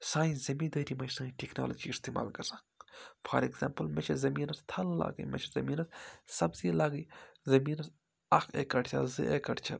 سانہِ زٔمیٖندٲری منٛز چھِ سٲنۍ ٹیٚکنالجی استعمال گژھان فار ایٚگزامپٕل مےٚ چھِ زٔمیٖنَس تھَل لاگٕنۍ مےٚ چھِ زٔمیٖنَس سبزی لاگٕنۍ زٔمیٖنَس اَکھ ایکڑ چھا زٕ ایکَڑ چھا